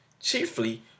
chiefly